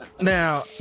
now